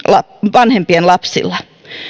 vanhempien lapsilla